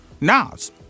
Nas